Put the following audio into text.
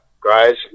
guys